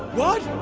what?